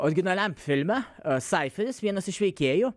originaliam filme saiferis vienas iš veikėjų